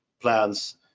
plans